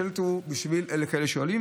השלט הוא בשביל אלה שעולים,